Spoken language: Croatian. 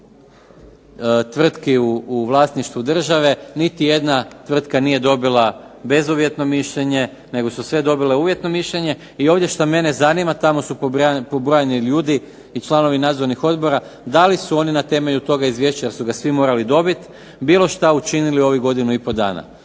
bezuvjetno mišljenje, nego su sve dobile uvjetno mišljenje. I ovdje što mene zanima, tamo su pobrojani ljudi i članovi nadzornih odbora da li su oni na temelju toga izvješća, jer su ga morali dobiti bilo šta učinili u ovih godinu i pol dana.